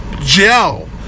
gel